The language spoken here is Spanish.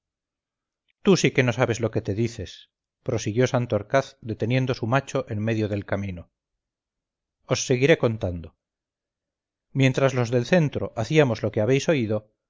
tú sí que no sabes lo que te dices prosiguió santorcaz deteniendo su macho en medio del camino os seguiré contando mientras los del centro hacíamos lo que habéis oído